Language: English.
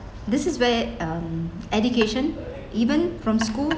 this is where um education even from school